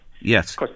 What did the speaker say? Yes